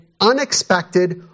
unexpected